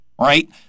right